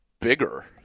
bigger